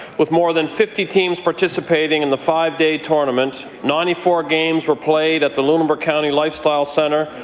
with more than fifty teams participating in the five-day tournament, ninety four games were played at the lunenburg county lifestyle centre,